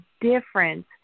difference